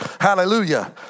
Hallelujah